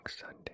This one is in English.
Sunday